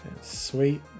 Sweet